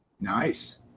nice